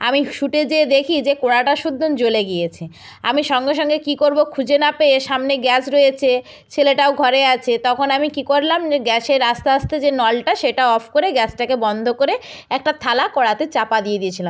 আমি ছুটে গিয়ে দেখি যে কড়াটা শুদ্ধু জ্বলে গিয়েছে আমি সঙ্গে সঙ্গে কী করবো খুঁজে না পেয়ে সামনে গ্যাস রয়েছে ছেলেটাও ঘরে আছে তখন আমি কী করলাম না গ্যাসের আস্তে আস্তে যে নলটা সেটা অফ করে গ্যাসটাকে বন্দ করে একটা থালা কড়াতে চাপা দিয়ে দিয়েছিলাম